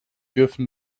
dürfen